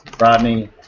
Rodney